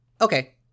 Okay